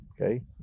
okay